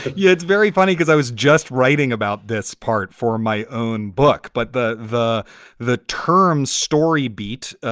yeah, it's very funny because i was just writing about this part for my own book. but the the the term story beat,